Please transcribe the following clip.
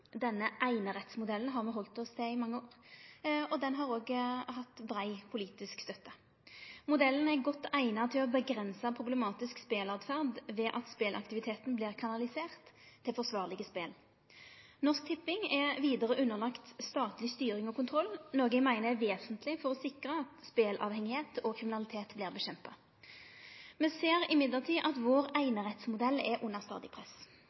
Denne einerettsmodellen har me halde oss til i mange år, og den har òg hatt brei politisk støtte. Modellen er godt eigna til å avgrense problematisk speleåtferd ved at speleaktiviteten vert kanalisert til forsvarlege spel. Norsk Tipping er vidare underlagt statleg styring og kontroll, noko som eg meiner er vesentleg for å sikre at speleavhengigheit og kriminalitet vert motverka. Me ser likevel at vår einerettsmodell er under stadig press,